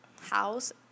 house